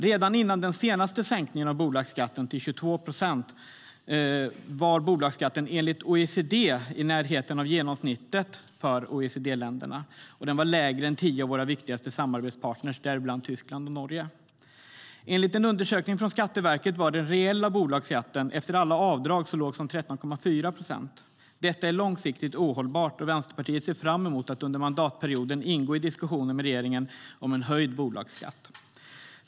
Redan före den senaste sänkningen av bolagsskatten till 22 procent låg den enligt OECD nära genomsnittet för OECD-länderna och var lägre än hos tio av våra viktigaste samarbetspartner, däribland Tyskland och Norge. Enligt en undersökning från Skatteverket var den reella bolagsskatten efter alla avdrag så låg som 13,4 procent. Detta är långsiktigt ohållbart, och Vänsterpartiet ser fram emot att under mandatperioden ingå i diskussioner med regeringen om en höjd bolagsskatt.